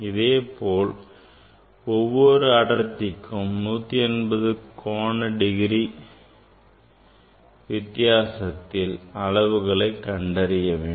இதேபோல் ஒவ்வொரு அடர்த்திக்கும் 180 டிகிரி கோண வித்தியாசத்தில் அளவுகளை கண்டறிய வேண்டும்